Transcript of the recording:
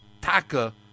Taka